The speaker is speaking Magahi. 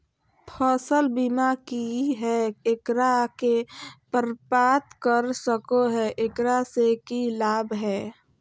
फसल बीमा की है, एकरा के प्राप्त कर सको है, एकरा से की लाभ है?